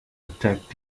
attack